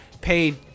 paid